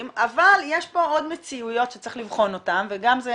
אבל יש פה עוד מציאויות שצריך לבחון אותן וגם זה